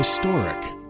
Historic